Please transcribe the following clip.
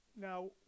now